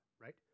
right